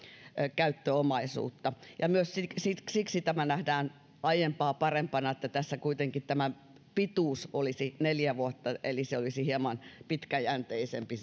käyttöomaisuutta myös siksi tämä nähdään aiempaa parempana että tässä pituus olisi neljä vuotta eli tämä voimassaoloaika olisi hieman pitkäjänteisempi